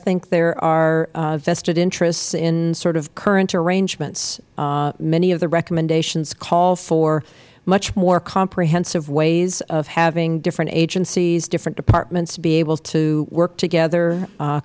think there are vested interests in sort of current arrangements many of the recommendations call for much more comprehensive ways of having different agencies different departments be able to work together